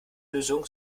lösung